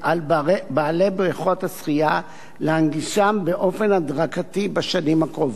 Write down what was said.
על בעלי בריכות השחייה להנגישן באופן הדרגתי בשנים הקרובות.